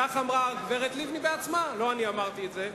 כך אמרה הגברת לבני בעצמה, לא אני אמרתי את זה,